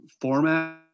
format